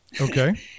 Okay